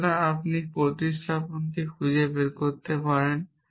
সুতরাং আপনি প্রতিস্থাপনটি খুঁজে পেতে পারেন